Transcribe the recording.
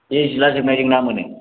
बे जिला जोबनायजों ना मोनो